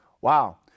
Wow